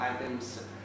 items